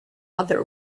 other